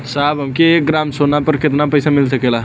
साहब हमके एक ग्रामसोना पर कितना पइसा मिल सकेला?